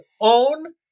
own